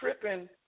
tripping